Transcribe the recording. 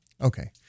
Okay